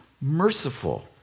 merciful